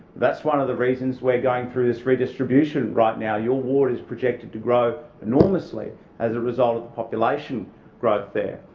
that's one of the reasons we're going through this redistribution right now. your ward is projected to grow enormously as a result of the population growth there.